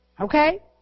Okay